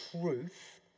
truth